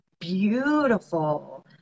beautiful